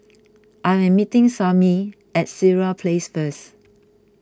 I am meeting Sammie at Sireh Place first